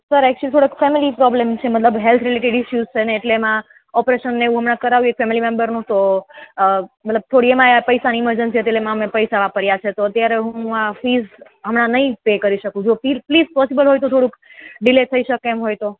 sir actually થોડો family problem છે મતલબ હેલ્થ રિલેટેડ ઇસ્યુ છે એટલે એમાં ઓપરેશનને એવું હમણાં કરાયું ફેમિલી મેમ્બરનું તો મતલબ થોડી એમાં પૈસાની ઈમરજન્સી હતી તો એમાં પૈસા વાપર્યા છે તો અત્યારે હું ફીસ હમણાં નહીં જ પે કરી શકું પ્લીઝ પ્લીઝ પોસિબલ હોય તો થોડુંક ડીલે થઈ શકે એમ હોય તો